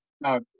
No